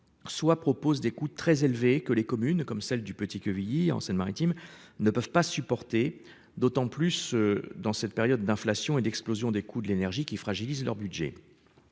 soient propose des coûts très élevés que les communes comme celle du Petit-Quevilly en Seine-Maritime ne peuvent pas supporter, d'autant plus dans cette période d'inflation et d'explosion des coûts de l'énergie qui fragilise leur budget.